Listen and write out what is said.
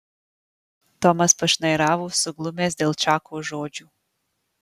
tomas pašnairavo suglumęs dėl čako žodžių